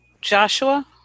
Joshua